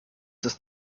ist